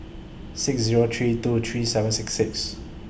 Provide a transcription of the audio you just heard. six Zero three two three seven six six